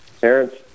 Parents